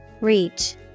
Reach